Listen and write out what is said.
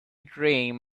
dream